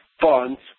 funds